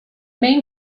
main